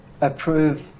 approve